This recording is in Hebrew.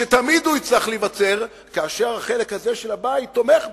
שתמיד הוא יצטרך להיווצר כאשר החלק הזה של הבית תומך בו.